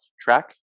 track